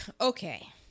Okay